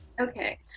Okay